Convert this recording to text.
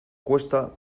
cuesta